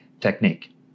Technique